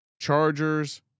Chargers